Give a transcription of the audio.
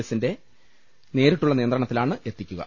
എസിന്റെ നേരിട്ടുള്ള നിയ ന്ത്രണത്തിലാണ് എത്തിക്കുക